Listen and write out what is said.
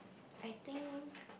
I think